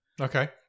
Okay